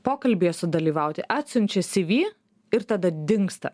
pokalbyje sudalyvauti atsiunčia cv ir tada dingsta